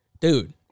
Dude